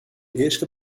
eerste